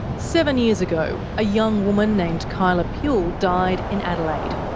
seven years ago, a young woman named kyla puhle died in adelaide.